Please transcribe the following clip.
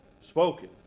spoken